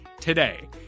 today